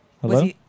Hello